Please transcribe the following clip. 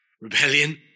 rebellion